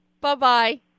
Bye-bye